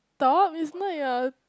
stop it's not your